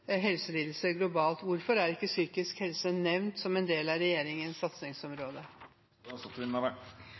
helselidelser globalt. Hvorfor er ikke psykisk helse er nevnt som en del av regjeringens satsingsområde?